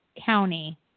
County